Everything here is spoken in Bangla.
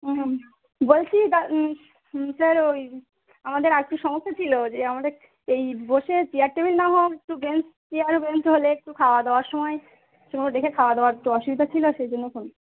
হুম বলছি দা স্যার ওই আমাদের আরেকটু সমস্যা ছিল যে আমাদের এই বসে চেয়ার টেবিল না হোক একটু বেঞ্চ চেয়ার বেঞ্চ হলে একটু খাওয়া দাওয়ার সময় ঠিকমতো দেখে খাওয়া দাওয়ার তো অসুবিধা ছিল সেই জন্য ফোন